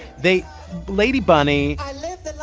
they lady bunny i live the